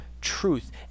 truth